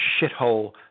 shithole